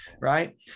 right